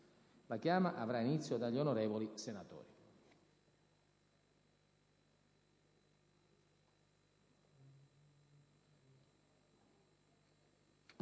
La chiama avrà inizio dagli onorevoli senatori.